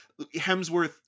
Hemsworth